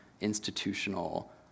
institutional